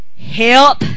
Help